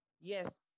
Yes